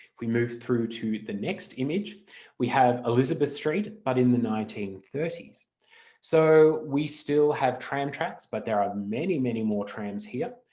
we move thorough to the next image we have elizabeth street but in the nineteen thirty s so we still have tram tracks but there are many, many more trams here,